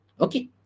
Okay